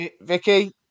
Vicky